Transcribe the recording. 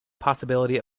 possibility